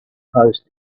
post